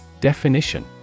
Definition